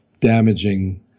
damaging